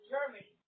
Germany